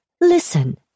listen